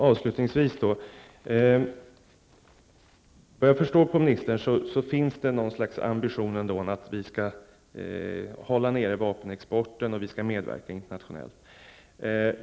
Herr talman! Vad jag förstår av ministern finns det något slags ambition att vi skall hålla nere vapenexporten och medverka till att så sker internationellt.